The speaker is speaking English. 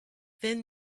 then